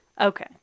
Okay